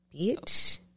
Bitch